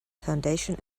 foundation